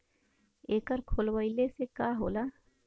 एकर खोलवाइले से का होला?